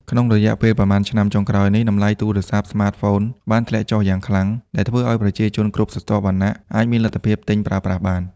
ក្នុងរយៈពេលប៉ុន្មានឆ្នាំចុងក្រោយនេះ តម្លៃទូរសព្ទស្មាតហ្វូនបានធ្លាក់ចុះយ៉ាងខ្លាំង ដែលធ្វើឲ្យប្រជាជនគ្រប់ស្រទាប់វណ្ណៈអាចមានលទ្ធភាពទិញប្រើប្រាស់បាន។